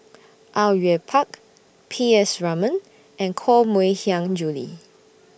Au Yue Pak P S Raman and Koh Mui Hiang Julie